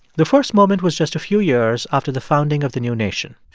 the first moment was just a few years after the founding of the new nation